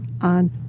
on